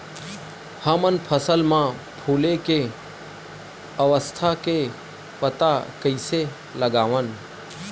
हमन फसल मा फुले के अवस्था के पता कइसे लगावन?